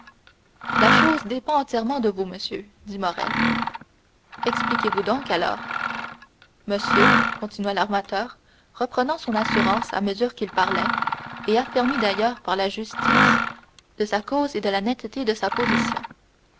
la chose dépend entièrement de vous monsieur dit morrel expliquez-vous donc alors monsieur continua l'armateur reprenant son assurance à mesure qu'il parlait et affermi d'ailleurs par la justice de sa cause et la netteté de sa position